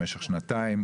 במשך שנתיים,